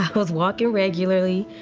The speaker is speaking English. was walking regularly.